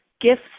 gifts